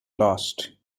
lost